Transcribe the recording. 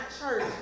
church